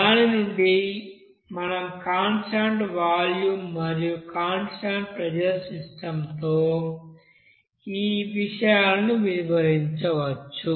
దాని నుండి మనం కాన్స్టాంట్ వాల్యూమ్ మరియుకాన్స్టాంట్ ప్రెజర్ సిస్టం తో ఈ విషయాలను వివరించవచ్చు